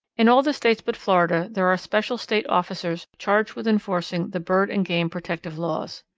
in all the states but florida there are special state officers charged with enforcing the bird and game protective laws.